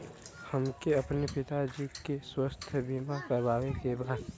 हमके अपने पिता जी के स्वास्थ्य बीमा करवावे के बा?